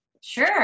Sure